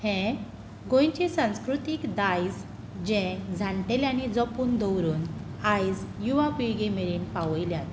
गोंयचें संस्कृतीक दायज जें जाणटेल्यांनी जपून दवरून आयज युवा पिळगे मेरेन पावयल्यात